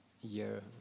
year